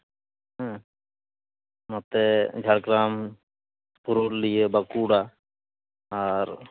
ᱦᱮᱸ ᱱᱚᱛᱮ ᱡᱷᱟᱲᱜᱨᱟᱢ ᱯᱩᱨᱩᱞᱤᱭᱟᱹ ᱵᱟᱸᱠᱩᱲᱟ ᱟᱨ